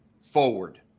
forward